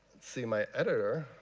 see my editor,